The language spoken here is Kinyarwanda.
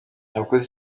abakozi